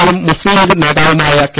എയും മുസ്തീംലീഗ് നേതാവുമായ കെ